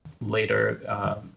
later